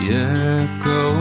echo